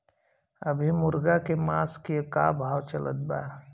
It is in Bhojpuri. अभी मुर्गा के मांस के का भाव चलत बा?